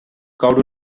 coure